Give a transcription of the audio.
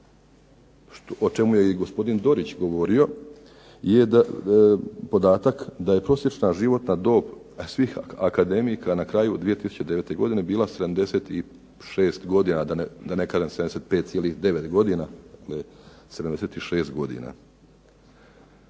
o čemu je i gospodin Dorić govorio je podatak da je prosječna životna dob svih akademika na kraju 2009. godine bila 76 godina, da ne kažem 75,9 godina, 76 godina.